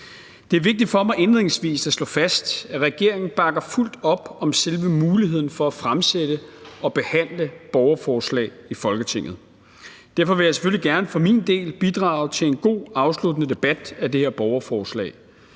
Det er vigtigt for mig indledningsvis at slå fast, at regeringen bakker fuldt op om selve muligheden for at fremsætte og behandle borgerforslag i Folketinget. Derfor vil jeg selvfølgelig gerne for min del bidrage til en god afsluttende debat af det her borgerforslag,